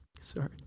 Sorry